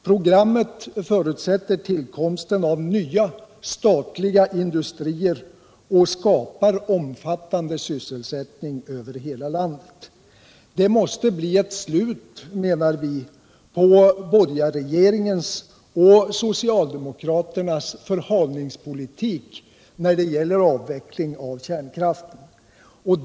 Programmet förutsätter tillkomsten av nya statliga industrier och skapar omfattande sysselsättning över hela landet. Det måste bli ett slut, menar vi, på borgarregeringens och socialdemokraternas förhalningspolitik när det gäller avveckling av kärnkraften.